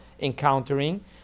encountering